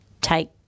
take